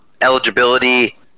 eligibility